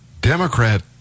Democrat